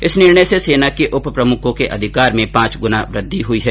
इस निर्णय से सेना के उप प्रमुखों के अधिकार में पांच गुना वृद्धि हो गई है